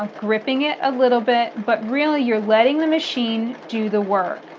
gripping it a little bit, but really you're letting the machine do the work.